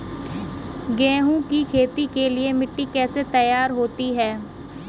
गेहूँ की खेती के लिए मिट्टी कैसे तैयार होती है?